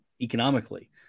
economically